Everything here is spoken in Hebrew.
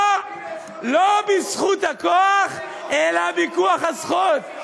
לא בזכות הכוח אלא בכוח הזכות.